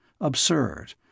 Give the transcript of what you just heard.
absurd